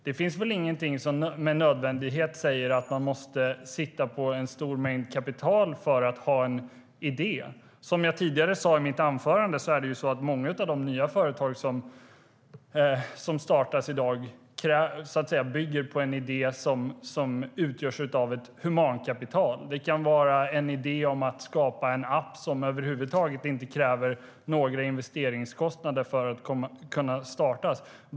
Det finns väl ingenting som med nödvändighet säger att man måste sitta på en stor mängd kapital för att ha en idé. Jag sa i mitt anförande att många av de nya företag som startas i dag bygger på en idé som utgörs av ett humankapital. Det kan vara en idé om att skapa en app som över huvud taget inte kräver några investeringskostnader för att startas.